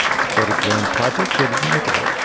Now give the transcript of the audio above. it's quite a grand project. what did you make of it?